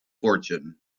fortune